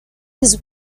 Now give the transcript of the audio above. his